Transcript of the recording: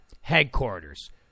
headquarters